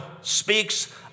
speaks